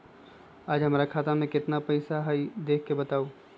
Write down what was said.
आज हमरा खाता में केतना पैसा हई देख के बताउ?